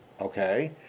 Okay